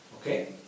Okay